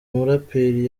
muraperi